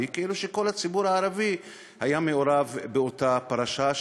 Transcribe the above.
כאילו שכל הציבור הערבי היה מעורב באותה פרשה,